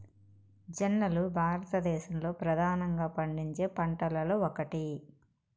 జొన్నలు భారతదేశంలో ప్రధానంగా పండించే పంటలలో ఒకటి